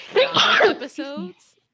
episodes